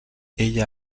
ella